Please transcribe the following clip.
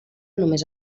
només